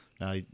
now